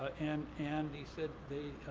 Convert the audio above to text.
and and he said they